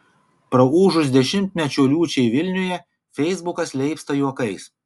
praūžus dešimtmečio liūčiai vilniuje feisbukas leipsta juokais